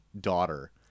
daughter